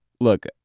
Look